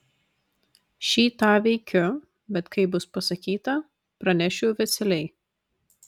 šį tą veikiu bet kai bus pasakyta pranešiu oficialiai